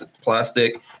plastic